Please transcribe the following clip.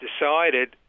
decided